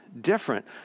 different